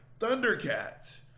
Thundercats